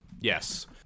Yes